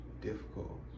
difficult